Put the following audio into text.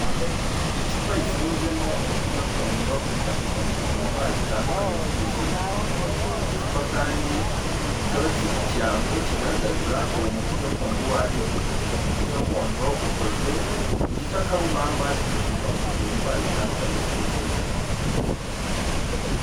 Icupa rifunzemo umuti gakondo wifashishwa mu kuvura indwara zitandukanye z'ubuzima. Icupa kandi rikaba rifite ikirango kigaragaza uwo muti gakondo uwo ari wo. Uyu muti gakondo ukozwe mu gikakarubamba cyifashishwa mu kuvura indwara zitandukanye z'ubuzima.